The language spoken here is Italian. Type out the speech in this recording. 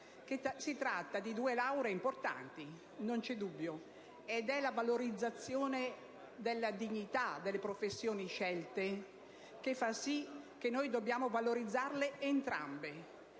si tratta di due lauree importanti, senza alcun dubbio. È la valorizzazione della dignità delle professioni scelte che fa sì che noi dobbiamo valorizzarle entrambe.